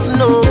no